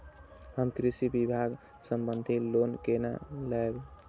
हम कृषि विभाग संबंधी लोन केना लैब?